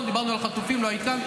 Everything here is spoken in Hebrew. דיברנו על החטופים, לא היית כאן.